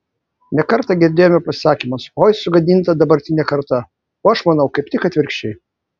ne kartą girdėjome pasisakymus oi sugadinta dabartinė karta o aš manau kaip tik atvirkščiai